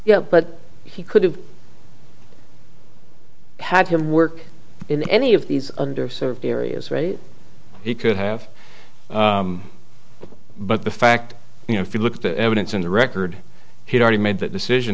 yet but he could have had him work in any of these under served areas where he could have but the fact you know if you look at the evidence in the record he'd already made that decision